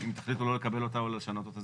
אם תחליטו לא לקבל אותה או לשנות אותה,